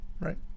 Right